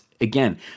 Again